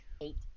Eight